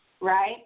Right